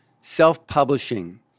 self-publishing